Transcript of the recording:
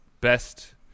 best